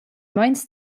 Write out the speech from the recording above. meins